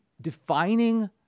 Defining